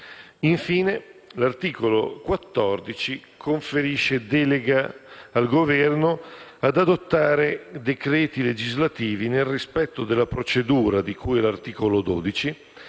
Infine, l'articolo 14 conferisce delega il Governo ad adottare decreti legislativi, nel rispetto della procedura di cui all'articolo 12,